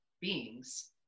beings